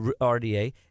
RDA